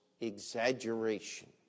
Exaggeration